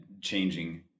changing